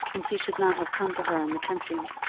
and he should not have come to her in the country.